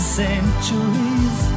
centuries